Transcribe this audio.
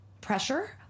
pressure